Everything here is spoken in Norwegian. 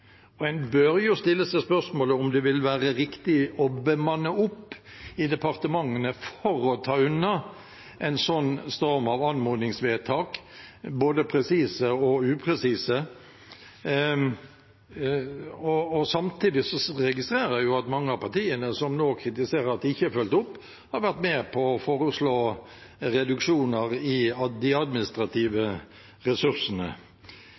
En bør jo stille seg spørsmålet om det vil være riktig å bemanne opp i departementene for å ta unna en slik storm av anmodningsvedtak, både presise og upresise. Samtidig registrerer jeg at mange av partiene som nå kritiserer at de ikke er fulgt opp, har vært med på å foreslå reduksjoner i de administrative ressursene.